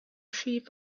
sheep